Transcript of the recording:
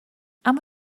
اما